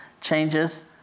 changes